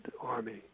army